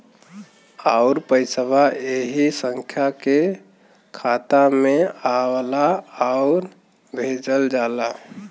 आउर पइसवा ऐही संख्या के खाता मे आवला आउर भेजल जाला